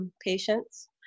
patients